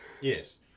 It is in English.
Yes